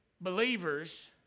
believers